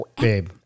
babe